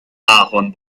ahorn